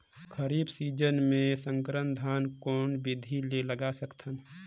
खरीफ season मे संकर धान कोन विधि ले लगा सकथन?